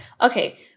okay